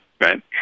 right